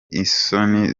isoni